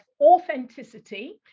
authenticity